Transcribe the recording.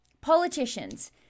politicians